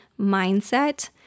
mindset